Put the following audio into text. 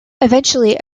eventually